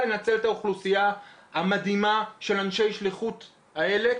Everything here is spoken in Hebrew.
לנצל את האוכלוסייה המדהימה של אנשי שליחות האלה,